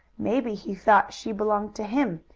maybe he thought she belonged to him,